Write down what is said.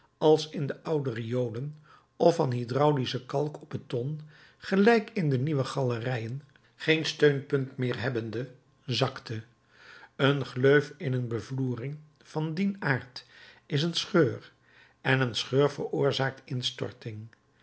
als in de oude riolen of van hydraulische kalk op beton gelijk in de nieuwe galerijen geen steunpunt meer hebbende zakte een gleuf in een bevloering van dien aard is een scheur en een scheur veroorzaakt instorting